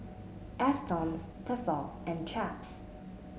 Astons Tefal and Chaps